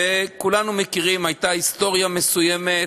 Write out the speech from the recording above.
כולנו מכירים, הייתה היסטוריה מסוימת,